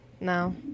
no